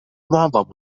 معظم